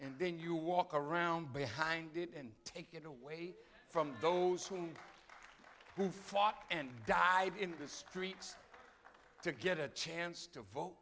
and then you walk around behind it and take it away from those who fought and died in the streets to get a chance to vote